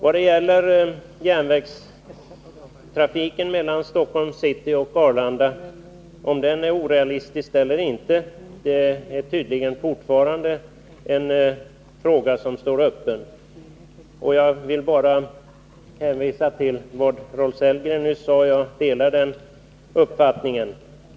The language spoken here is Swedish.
Om järnvägstrafik mellan Stockholms city och Arlanda är orealistisk eller inte är tydligen fortfarande en öppen fråga. Jag vill bara hänvisa till vad Rolf Sellgren nyss sade — jag delar den uppfattningen.